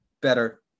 better